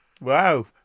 Wow